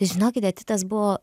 žinokite titas buvo